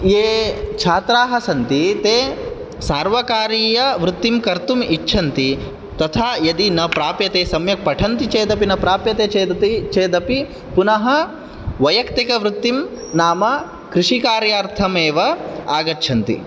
ये छात्राः सन्ति ते सर्वकारीय वृत्तिं कर्तुम् इच्छन्ति तथा यदि न प्राप्यते सम्यक् पठन्ति चेदपि न प्राप्यते चेद् चेदपि पुनः वैय्यक्तिक वृत्तिं नाम कृषिकार्यार्थमेव आगच्छन्ति